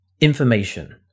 information